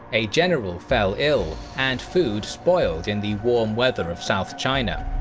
a general fell ill and food spoiled in the warm weather of south china.